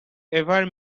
ever